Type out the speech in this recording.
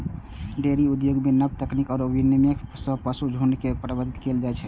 dairy उद्योग मे नव तकनीक आ विनियमन सं पशुक झुंड के प्रबंधित कैल जाइ छै